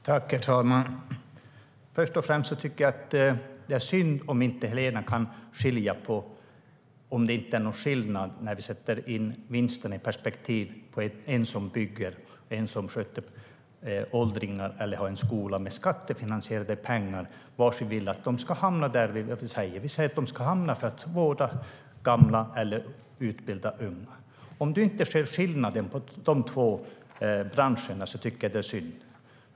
Herr ålderspresident! Först och främst tycker jag att det är synd om Helena inte kan se att det är en skillnad mellan att sätta in vinsterna hos en som bygger och att sätta in dem hos en som sköter åldringar eller har en skola med skattefinansierade pengar. Vi vill att pengarna ska hamna där vi säger, det vill säga för att vårda gamla eller utbilda unga. Om du inte ser skillnad på de två branscherna tycker jag att det är synd, Helena Lindahl.